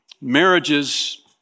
Marriages